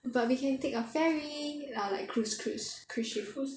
but we can take a ferry or like cruise cruise cruise ship